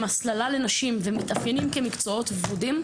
הסללה לנשים ומתאפיינים כמקצועות ורודים,